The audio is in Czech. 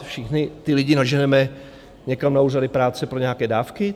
Všechny ty lidi naženeme někam na úřady práce pro nějaké dávky?